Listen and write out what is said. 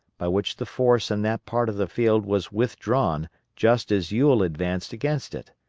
by which the force in that part of the field was withdrawn just as ewell advanced against it.